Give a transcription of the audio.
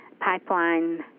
pipeline